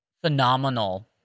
phenomenal